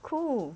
cool